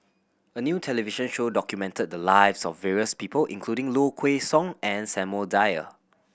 a new television show documented the lives of various people including Low Kway Song and Samuel Dyer